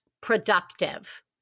productive